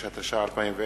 46), התש"ע 2010,